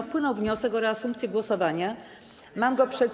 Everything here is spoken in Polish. Wpłynął wniosek o reasumpcję głosowania, mam go przed sobą.